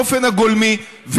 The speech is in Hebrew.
באופן הגולמי.